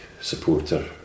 supporter